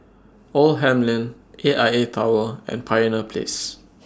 Oldham Lane A I A Tower and Pioneer Place